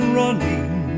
running